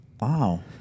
Wow